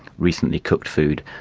recently cooked food,